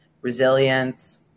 resilience